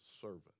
servant